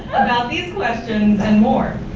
about these questions and more,